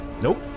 Nope